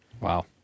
Wow